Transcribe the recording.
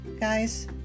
Guys